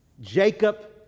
Jacob